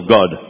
God